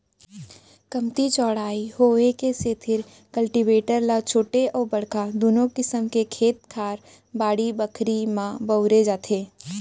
कमती चौड़ाई होय के सेतिर कल्टीवेटर ल छोटे अउ बड़का दुनों किसम के खेत खार, बाड़ी बखरी म बउरे जाथे